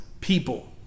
people